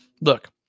look